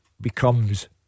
becomes